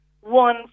one